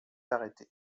arrêté